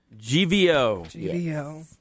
GVO